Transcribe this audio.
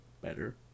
Better